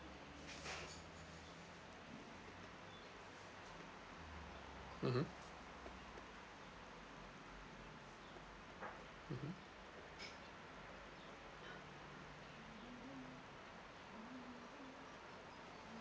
mmhmm mmhmm